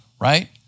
right